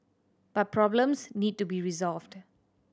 but problems need to be resolved